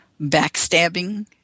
backstabbing